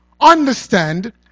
understand